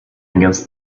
against